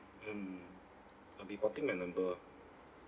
mm I'll be porting my number ah